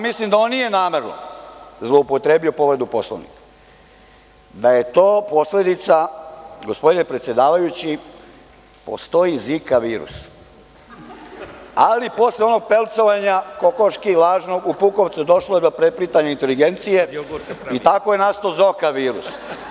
Mislim da on nije namerno zloupotrebio povredu Poslovnika, već da je to posledica, gospodine predsedavajući, postoji ZIK-a virus, ali posle onog pelcovanja kokoški lažnog u Pupovcu došlo je do preplitanja i inteligencije i tako je nastao „Zoka virus“